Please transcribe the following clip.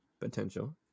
potential